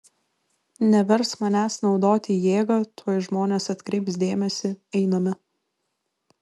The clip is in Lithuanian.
neversk manęs naudoti jėgą tuoj žmonės atkreips dėmesį einame